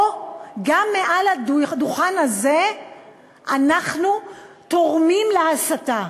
פה, גם מעל הדוכן זה אנחנו תורמים להסתה.